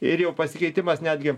ir jau pasikeitimas netgi